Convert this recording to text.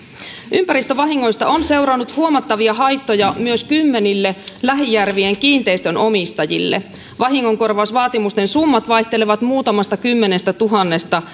ympäristövahingoista on seurannut huomattavia haittoja myös kymmenille lähijärvien kiinteistönomistajille vahingonkorvausvaatimusten summat vaihtelevat muutamasta kymmenestätuhannesta